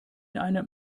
einem